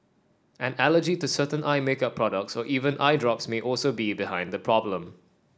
an allergy to certain eye makeup products or even eye drops may also be behind the problem